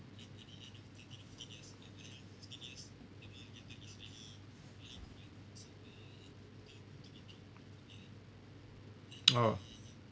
orh